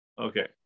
Okay